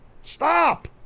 Stop